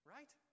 Right